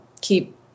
keep